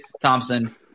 Thompson